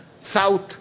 South